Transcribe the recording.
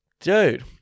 dude